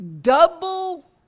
double